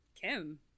Kim